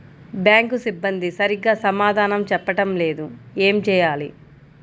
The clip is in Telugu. బ్యాంక్ సిబ్బంది సరిగ్గా సమాధానం చెప్పటం లేదు ఏం చెయ్యాలి?